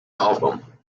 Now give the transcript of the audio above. album